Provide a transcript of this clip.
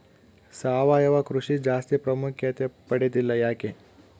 ಸಾವಯವ ಕೃಷಿ ಜಾಸ್ತಿ ಪ್ರಾಮುಖ್ಯತೆ ಪಡೆದಿಲ್ಲ ಯಾಕೆ?